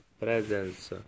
presence